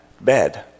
bed